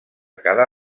cada